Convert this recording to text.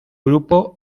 grupo